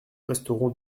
resterons